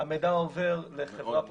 המידע עובר לחברה פרטית,